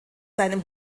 seinem